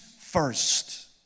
first